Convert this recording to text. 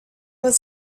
was